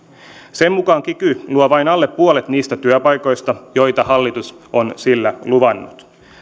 sen mukaan kiky luo vain alle puolet niistä työpaikoista joita hallitus on sillä luvannut